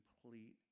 complete